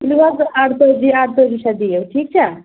نہ حظ نہ اَرتٲجی ارتٲجی شیٚتھ دِیِو ٹھیٖک چھا